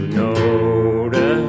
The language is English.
notice